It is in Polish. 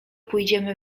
pójdziemy